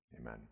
Amen